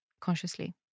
consciously